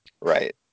Right